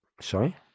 Sorry